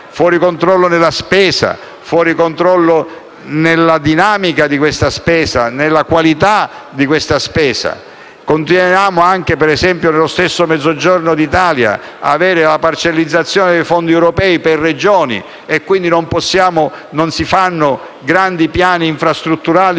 fuori controllo nella spesa, fuori controllo nella dinamica e nella qualità di questa spesa. Continuiamo, nello stesso Mezzogiorno d'Italia, ad avere la parcellizzazione dei fondi europei per Regioni; quindi non si fanno grandi piani infrastrutturali